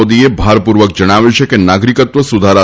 મોદીએ ભારપૂર્વક જણાવ્યું કે નાગરિકત્વ સુધારા